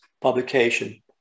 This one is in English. publication